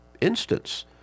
instance